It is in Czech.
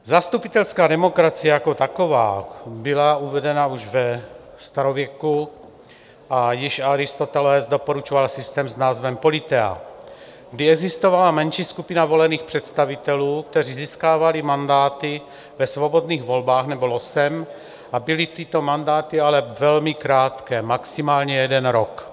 Zastupitelská demokracie jako taková byla uvedena už ve starověku a již Aristoteles doporučoval systém s názvem politeia, kdy existovala menší skupina volených představitelů, kteří získávali mandáty ve svobodných volbách nebo losem, a byly tyto mandáty ale velmi krátké, maximálně jeden rok.